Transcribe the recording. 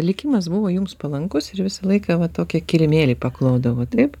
likimas buvo jums palankus ir visą laiką va tokį kilimėlį paklodavo taip